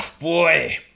boy